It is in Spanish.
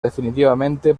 definitivamente